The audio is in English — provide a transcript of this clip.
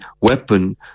weapon